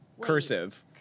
cursive